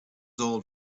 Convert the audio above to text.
old